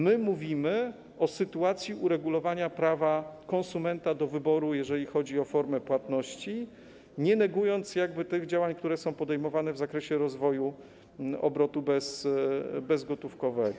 My mówimy o sytuacji uregulowania prawa konsumenta do wyboru, jeżeli chodzi o formę płatności, nie negując tych działań, które są podejmowane w zakresie rozwoju obrotu bezgotówkowego.